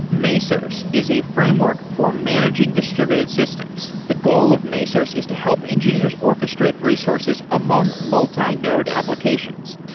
mesos is a framework for managing distributed systems. the goal of mesos is to help engineers orchestrate resources among multi-node applications,